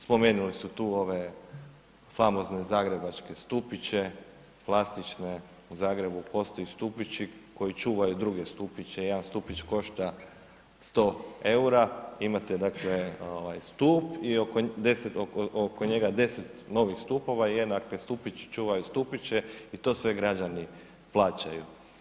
Spomenuli su tu ove famozne zagrebačke stupiće, plastične, u Zagrebu postoji stupići koji čuvaju druge stupiće, jedan stupić košta 100 eura, imate dakle stup i oko, 10 oko njega, 10 novih stupova jer dakle stupići čuvaju stupiće i to sve građani plaćaju.